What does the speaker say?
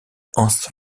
hans